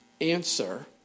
answer